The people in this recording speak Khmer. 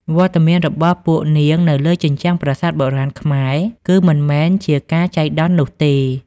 វត្តមានរបស់ពួកនាងនៅលើជញ្ជាំងប្រាសាទបុរាណខ្មែរ គឺមិនមែនជាការចៃដន្យនោះទេ។